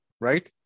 right